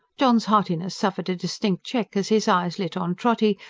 john's heartiness suffered a distinct check as his eyes lit on trotty,